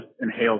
inhaled